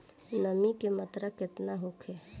नमी के मात्रा केतना होखे?